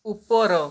ଉପର